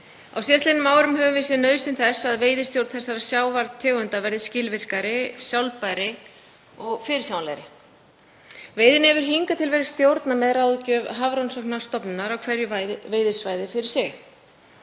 Á síðastliðnum árum höfum við séð nauðsyn þess að veiðistjórn þessara sjávartegunda verði skilvirkari, sjálfbærri og fyrirsjáanlegri. Veiðinni hefur hingað til verið stjórnað með ráðgjöf Hafrannsóknastofnunar á hverju veiðisvæði fyrir sig.